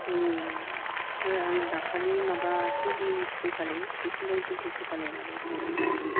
ओ आङो दाखालि माबा टुवेनटि थ्रि खालि डिसेम्बरनि टुवेनटि थ्रि खालि माबायाव थांदोनमोन आरखि